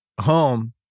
home